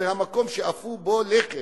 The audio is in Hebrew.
זה המקום שאפו בו לחם.